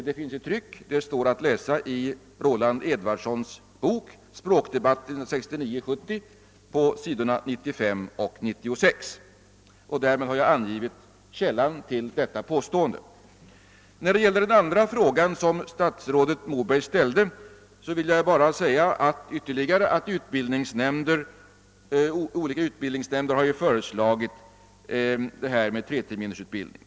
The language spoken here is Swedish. Vad jag här citerat står att läsa i Roland Edwardssons bok Språkdebatten 1969—1970, s. 95 och 96. Därmed har jag alltså angivit källan till detta påstående. Vad beträffar den andra fråga som statsrådet Moberg ställde vill jag svara att olika utbildningsnämnder har föreslagit — treterminersutbildning.